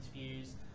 interviews